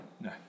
no